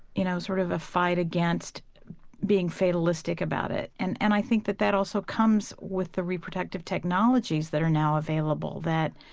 you know sort of fight against being fatalistic about it. and and i think that that also comes with the reproductive technologies that are now available that,